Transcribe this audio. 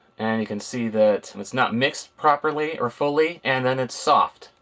and you can see that it's not mixed properly or fully and then it's soft.